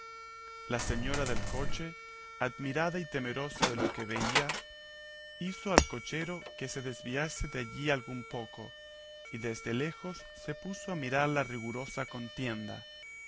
la señora del coche admirada y temerosa de lo que veía hizo al cochero que se desviase de allí algún poco y desde lejos se puso a mirar la rigurosa contienda